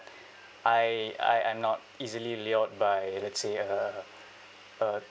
I I I'm not easily lured by let's say a a